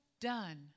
done